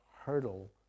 hurdle